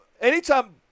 anytime